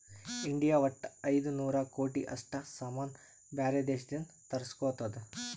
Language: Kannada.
ಇಂಡಿಯಾ ವಟ್ಟ ಐಯ್ದ ನೂರ್ ಕೋಟಿ ಅಷ್ಟ ಸಾಮಾನ್ ಬ್ಯಾರೆ ದೇಶದಿಂದ್ ತರುಸ್ಗೊತ್ತುದ್